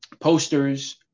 posters